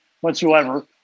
whatsoever